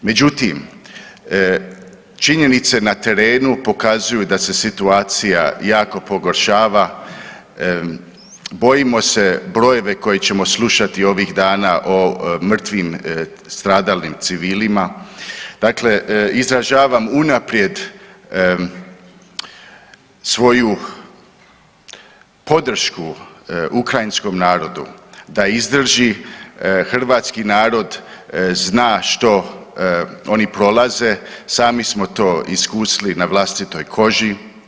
Međutim, činjenice na terenu pokazuju da se situacija jako pogoršava, bojim se brojeve koje ćemo slušati ovih dana o mrtvim stradalim civilima, dakle izražavam unaprijed svoju podršku ukrajinskom narodu da izdrži, hrvatski narod zna što oni prolaze, sami smo to iskusili na vlastitoj koži.